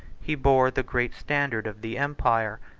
he bore the great standard of the empire,